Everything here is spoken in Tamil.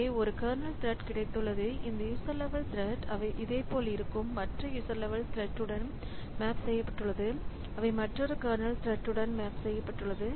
இங்கே ஒரு கர்னல் த்ரெட் கிடைத்துள்ளது இந்த யூசர் லெவல் த்ரெட் அவை இதேபோல் இருக்கும் மற்ற யூசர் லெவல் த்ரெட் உடன் மேப் செய்யப்பட்டுள்ளது அவை மற்றொரு கர்னல் த்ரெட் உடன் மேப் செய்யப்பட்டுள்ளது